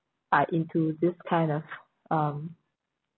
are into this kind of um